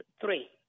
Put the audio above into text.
three